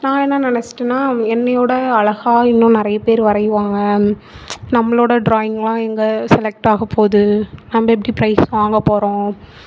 நான் என்ன நினச்சிட்டேன்னா என்னை விட அழகாக இன்னும் நிறைய பேர் வரைவாங்க நம்மளோட டிராயிங்லாம் எங்கே செலக்ட் ஆக போகுது நம்ம எப்படி ப்ரைஸ் வாங்க போகிறோம்